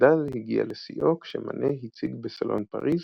הסקנדל הגיע לשיאו כשמאנה הציג בסלון פריס,